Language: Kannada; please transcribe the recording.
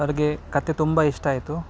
ಅವ್ರಿಗೆ ಕಥೆ ತುಂಬ ಇಷ್ಟ ಆಯಿತು